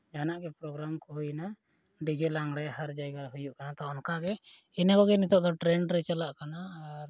ᱡᱟᱦᱟᱱᱟᱜ ᱜᱮ ᱯᱨᱳᱜᱨᱟᱢ ᱠᱚ ᱦᱩᱭᱱᱟ ᱰᱤᱡᱮ ᱞᱟᱜᱽᱬᱮ ᱦᱟᱨ ᱡᱟᱭᱜᱟ ᱨᱮ ᱦᱩᱭᱩᱜ ᱠᱟᱱᱟ ᱛᱳ ᱚᱱᱠᱟᱜᱮ ᱤᱱᱟᱹ ᱠᱚᱜᱮ ᱱᱤᱛᱳᱜ ᱫᱚ ᱴᱨᱮᱱᱰ ᱨᱮ ᱪᱟᱞᱟᱜ ᱠᱟᱱᱟ